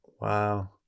wow